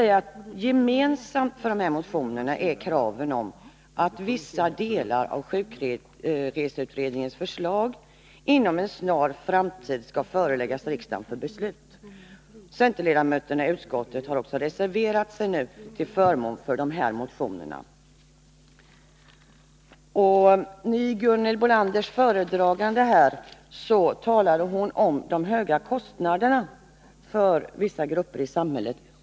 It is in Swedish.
Gemensamt för dessa motioner är kraven att vissa delar av sjukreseutredningens förslag inom en snar framtid skall föreläggas riksdagen för beslut. Centerledamöterna i utskottet har också reserverat sig till förmån för dessa motioner. I Gunhild Bolanders föredragning här talade hon om de höga kostnader som drabbar vissa grupper i samhället.